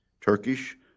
Turkish